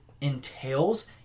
entails